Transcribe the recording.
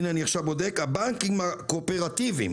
הבנקים הקואופרטיבים